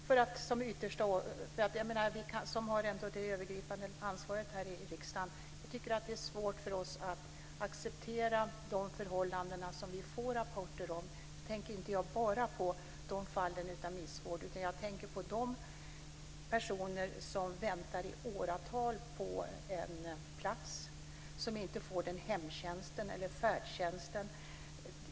För oss som har det övergripande ansvaret här i riksdagen är det svårt att acceptera de förhållanden som vi får rapporter om. Jag tänker inte bara på fallen med dålig vård utan också på de personer som väntar i åratal på en plats, som inte får hemtjänst eller färdtjänst.